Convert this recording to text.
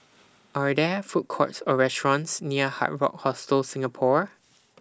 Are There Food Courts Or restaurants near Hard Rock Hostel Singapore